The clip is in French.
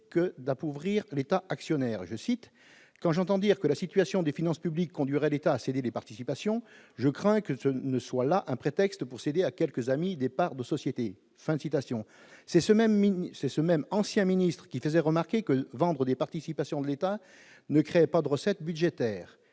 que d'appauvrir l'État actionnaire, je cite : quand j'entends dire que la situation des finances publiques conduirait l'État à céder les participations, je crains que ce ne soit là un prétexte pour céder à quelques amis des parts de société, fin de citation, c'est ce même c'est ce même ancien ministre qui faisait remarquer que vendre des participations de l'État ne créait pas de recettes budgétaires,